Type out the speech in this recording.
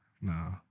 nah